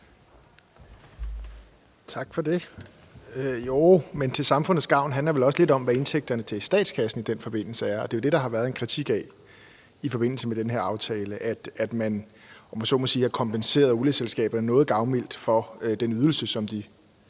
Tak for det. Jo, men »til samfundets gavn« handler vel også lidt om, hvad indtægterne til statskassen i den forbindelse er, og det er jo det, der har været kritik af i forbindelse med den her aftale, altså at man, om jeg så må sige, har kompenseret olieselskaberne noget gavmildt for den ydelse, som de